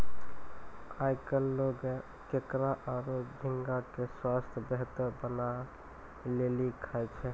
आयकल लोगें केकड़ा आरो झींगा के स्वास्थ बेहतर बनाय लेली खाय छै